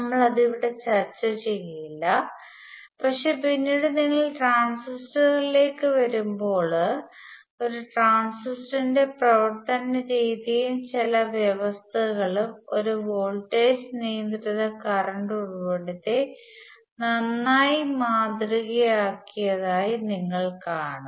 നമ്മൾ അത് ഇവിടെ ചർച്ച ചെയ്യില്ല പക്ഷേ പിന്നീട് നിങ്ങൾ ട്രാൻസിസ്റ്ററുകളിലേക്ക് വരുമ്പോൾ ട്രാൻസിസ്റ്ററിന്റെ പ്രവർത്തനരീതിയും ചില വ്യവസ്ഥകളും ഒരു വോൾട്ടേജ് നിയന്ത്രിത കറണ്ട് ഉറവിടത്തെ നന്നായി മാതൃകയാക്കിയതായി നിങ്ങൾ കാണും